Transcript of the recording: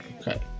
okay